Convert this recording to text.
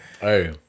Hey